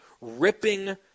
ripping